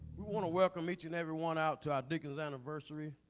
we want to welcome each and every one out to our dickens anniversary